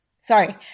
Sorry